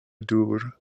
dŵr